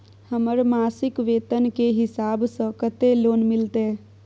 हमर मासिक वेतन के हिसाब स कत्ते लोन मिलते?